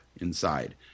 inside